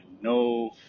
no